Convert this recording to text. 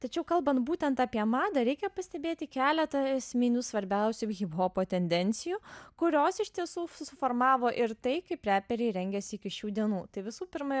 tačiau kalbant būtent apie madą reikia pastebėti keletą esminių svarbiausių hiphopo tendencijų kurios iš tiesų suformavo ir tai kaip reperiai rengiasi iki šių dienų tai visų pirma